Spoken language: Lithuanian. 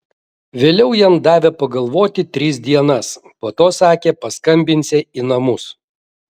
vėliau jam davė pagalvoti tris dienas po to sakė paskambinsią į namus